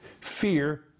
Fear